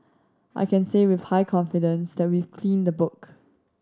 I can say with high confidence that we've cleaned the book